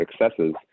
successes